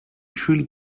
truly